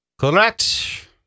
correct